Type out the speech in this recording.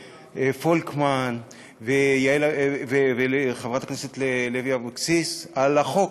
את פולקמן, חברת הכנסת לוי אבקסיס, על החוק.